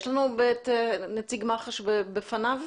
יש לנו את נציג מח"ש בפניו?